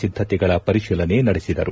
ಸಿದ್ಗತೆಗಳ ಪರಿಶೀಲನೆ ನಡೆಸಿದರು